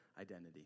identity